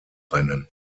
rennen